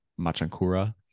Machankura